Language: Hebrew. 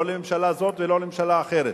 לא לממשלה הזאת ולא לממשלה אחרת,